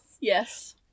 Yes